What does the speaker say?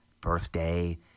birthday